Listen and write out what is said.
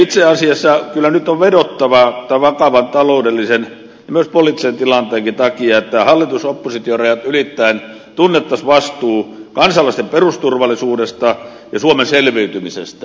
itse asiassa kyllä nyt on vedottava tämän vakavan taloudellisen ja myös poliittisen tilanteenkin takia että hallitusoppositio rajat ylittäen tunnettaisiin vastuu kansalaisten perusturvallisuudesta ja suomen selviytymisestä